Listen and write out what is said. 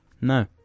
No